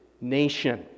nation